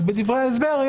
ולכתוב בדברי ההסבר.